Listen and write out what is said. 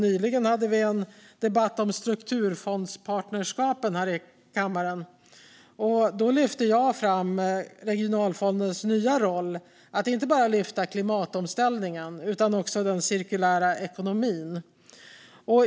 Nyligen hade vi en debatt om strukturfondspartnerskapen här i kammaren. Då lyfte jag fram regionalfondens nya roll: att inte bara lyfta klimatomställningen utan också den cirkulära ekonomin.